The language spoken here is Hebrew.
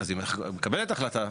אז היא מקבלת החלטה.